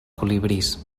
colibrís